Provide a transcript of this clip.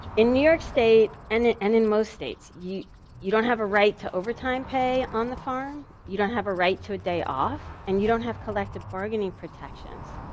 in new york state, and in and in most states, you you don't have a right to overtime pay on the farm, you don't have a right to a day off, and you don't have collective bargaining protections.